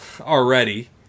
already